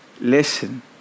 listen